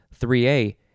3a